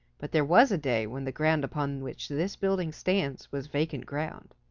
but there was a day when the ground upon which this building stands was vacant ground.